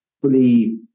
fully